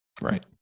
Right